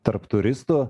tarp turistų